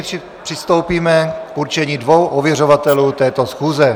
Nyní přistoupíme k určení dvou ověřovatelů této schůze.